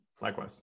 Likewise